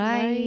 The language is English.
Bye